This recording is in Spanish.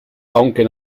aunque